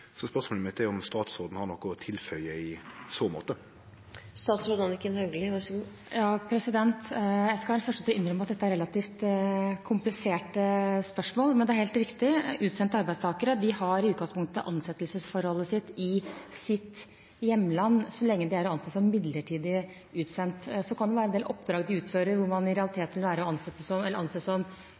Så spørsmålet mitt er om statsråden har noko å tilføye i så måte? Jeg skal være den første til å innrømme at dette er relativt kompliserte spørsmål. Men det er helt riktig: Utsendte arbeidstakere har i utgangspunktet ansettelsesforholdet sitt i sitt hjemland så lenge de er å anse som midlertidig utsendt. Så kan det være en del oppdrag de utfører hvor man i realiteten vil være å anse som fast ansatt i Norge, og da er det selvfølgelig de norske reglene som